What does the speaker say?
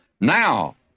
Now